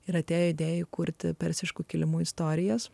ir atėjo idėja įkurti persišku kilimu istorijas